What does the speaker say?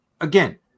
again